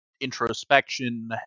introspection